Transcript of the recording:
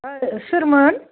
औ सोरमोन